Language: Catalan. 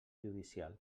judicial